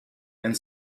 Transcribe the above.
and